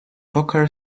poker